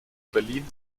berlin